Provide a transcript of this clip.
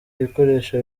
ibikoresho